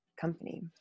company